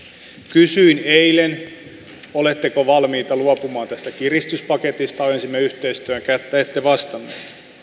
kysyin eilen oletteko valmiita luopumaan tästä kiristyspaketista ojensimme yhteistyön kättä ette vastanneet